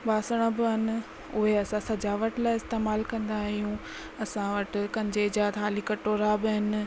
बासण बि आहिनि उहे असां सजावट लाइ इस्तेमालु कंदा आहियूं असां वटि कंजे जा थाली कटोरा बि आहिनि